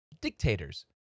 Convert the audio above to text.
dictators